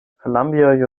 columbia